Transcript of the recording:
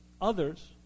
others